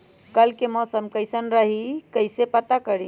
कल के मौसम कैसन रही कई से पता करी?